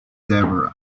deborah